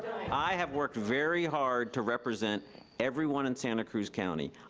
i have worked very hard to represent everyone in santa cruz county.